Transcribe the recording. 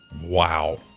Wow